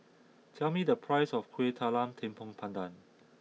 tell me the price of Kueh Talam Tepong Pandan